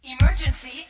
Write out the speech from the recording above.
Emergency